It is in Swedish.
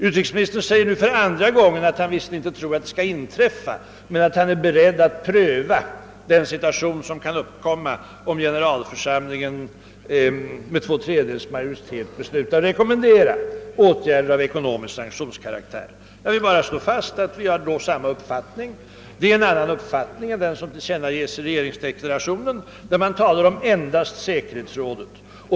Utrikesministern säger nu för andra gången att han visserligen inte tror att det skall inträffa men att han är beredd att pröva den situation som kan uppkomma om =: generalförsamlingen med 2/3 majoritet beslutar att rekommendera åtgärder av ekonomisk sanktionskaraktär. Jag vill bara slå fast att vi i så fall har samma uppfattning beträffande villigheten att pröva. Det är en annan uppfattning än den som tillkännages i regeringsdeklarationen, där man endast talar om säkerhetsrådet.